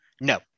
no